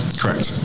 correct